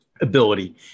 ability